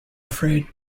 afraid